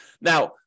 Now